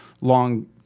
long